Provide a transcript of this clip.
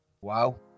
wow